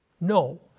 no